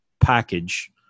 package